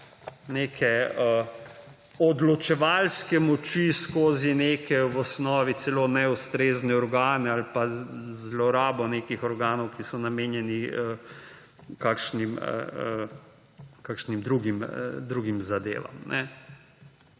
neke odločevalske moči skozi neke, v osnovi celo neustrezne, organe ali pa zlorabo nekih organov, ki so namenjeni kakšnim drugim zadevam.